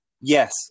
Yes